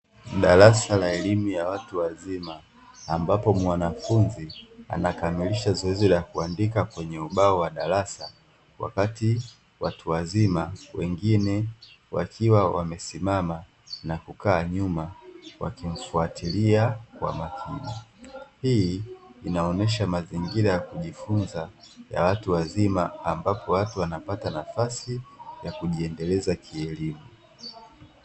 Darasa la elimu ya watu wazima ambapo mwanafunzi anakamilisha zoezi la kuandika kwenye ubao wa darasa, wakati watu wazima wengine wakiwa wamesimama na kukaa nyuma wakimfuatilia kwa makini, hii inaonesha mazingira ya kujifunza ya watu wazima ambapo watu wanapata nafasi ya kujiendeleza kielimu.